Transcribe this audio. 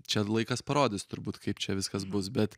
čia laikas parodys turbūt kaip čia viskas bus bet